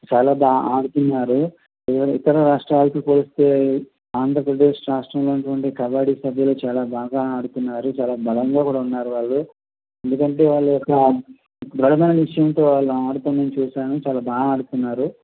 చాలా బాగా ఆడుతున్నారు ఇతర రాష్ట్రాలతో పోలిస్తే ఆంధ్రప్రదేశ్ రాష్ట్రంలో ఉండేటటువంటి కబడ్డీ సభ్యులు చాలా బాగా ఆడుతున్నారు చాలా బలంగా కూడా ఉన్నారు వాళ్ళు ఎందుకంటే వాళ్ళు దృఢమైన నిశ్చయంతో వాళ్ళు ఆడటం నేను చూసాను చాలా బాగా ఆడుతున్నారు